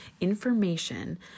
information